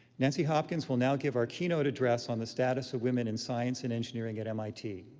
nancy hopkins will now give our keynote address on the status of women in science and engineering at mit.